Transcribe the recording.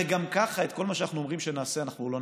גם ככה את כל מה שאנחנו אומרים שנעשה לא נעשה,